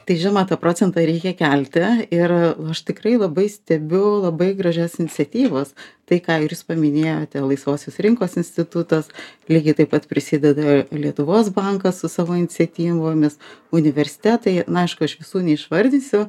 tai žima tą procentą reikia kelti ir aš tikrai labai stebiu labai gražias iniciatyvas tai ką jūs paminėjote ir laisvosios rinkos institutas lygiai taip pat prisideda lietuvos bankas su savo iniciatyvomis universitetai na aišku iš visų neišvardysiu